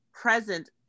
present